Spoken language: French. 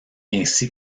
ainsi